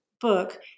book